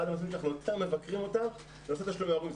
אחד הנושאים שאנחנו יותר מבקרים אותם זה נושא תשלומי ההורים.